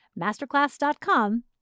Masterclass.com